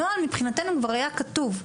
הנוהל מבחינתנו כבר היה כתוב,